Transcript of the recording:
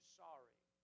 sorry